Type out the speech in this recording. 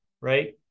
right